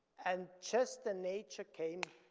and just nature came,